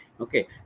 okay